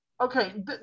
okay